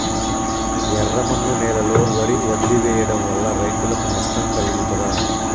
ఎర్రమన్ను నేలలో వరి వదిలివేయడం వల్ల రైతులకు నష్టం కలుగుతదా?